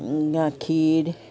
গাখীৰ